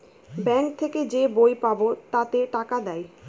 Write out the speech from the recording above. bank থেকে যে বই পাবো তাতে টাকা দেয়